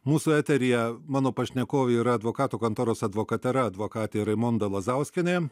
mūsų eteryje mano pašnekovė yra advokatų kontoros advokatera advokatė raimonda lazauskienė